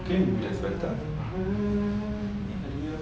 ke just letak